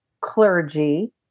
clergy